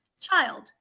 child